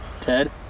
Ted